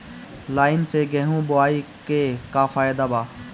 Line से गेहूं बोआई के का फायदा बा?